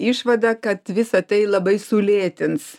išvadą kad visa tai labai sulėtins